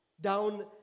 down